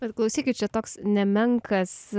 ir klausykit čia toks nemenkas